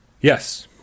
yes